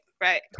right